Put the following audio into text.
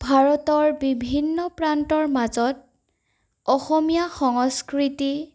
ভাৰতৰ বিভিন্ন প্ৰান্তৰ মাজত অসমীয়া সংস্কৃতি